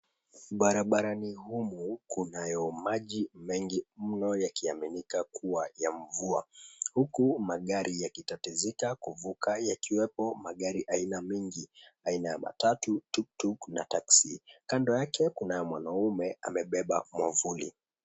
Barabarani humu, kunayo maji mengi mno yakiaminika kuwa ya mvua, huku magari yakitatizika kuvuka yakiwepo magari aina mingi. Aina ya matatu, tuktuk na taxi .Kando yake kuna mwanaume amebeba mwavuli.